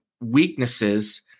weaknesses